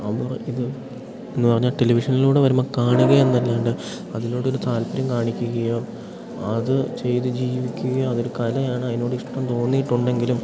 അവർ ഇത് എന്നു പറഞ്ഞാൽ ടെലിവിഷനിലൂടെ വരുമ്പോൾ കാണുക എന്നല്ലാണ്ട് അതിലൂടെ ഒരു താൽപര്യം കാണിക്കുകയോ അതു ചെയ്തു ജീവിക്കുകയോ അതൊരു കലയാണ് അതിനോട് ഇഷ്ടം തോന്നിയിട്ടുണ്ടെങ്കിലും